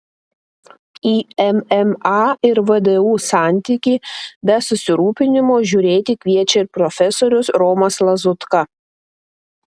į mma ir vdu santykį be susirūpinimo žiūrėti kviečia ir profesorius romas lazutka